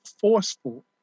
forceful